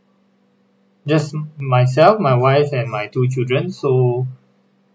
just myself my wife and my two children so